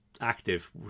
active